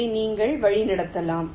இதை நீங்கள் வழிநடத்தலாம்